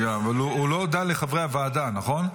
רגע, אבל הוא לא הודה לחברי הוועדה, נכון?